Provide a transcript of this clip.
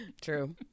True